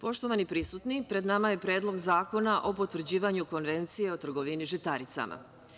Poštovani prisutni, pred nama je Predlog zakona o potvrđivanju Konvencije o trgovini žitaricama.